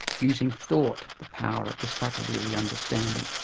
using thought, the power of this faculty of the understanding.